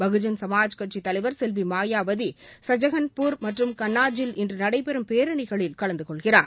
பகுஜன் சமாஜ் கட்சியின் தலைவர் செல்வி மாயாவதி ஷஐகான்பூர் மற்றும் கண்ணாஜ்ஜில் இன்று நடைபெறும் பேரணிகளில் கலந்துகொள்கிறார்